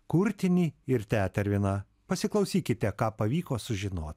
kurtinį ir teterviną pasiklausykite ką pavyko sužino